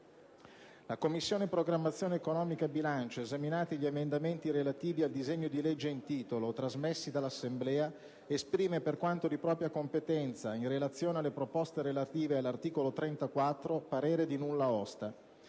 «La Commissione programmazione-economica, bilancio, esaminati gli emendamenti relativi al disegno di legge in titolo, trasmessi dall'Assemblea, esprime, per quanto di propria competenza, in relazione alle proposte relative all'articolo 34, parere di nulla osta.